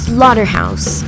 Slaughterhouse